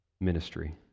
Ministry